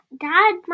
dad